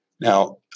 Now